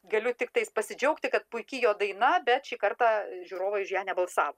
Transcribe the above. galiu tiktai pasidžiaugti kad puiki jo daina bet šį kartą žiūrovai už ją nebalsavo